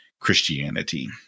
Christianity